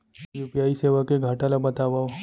UPI सेवा के घाटा ल बतावव?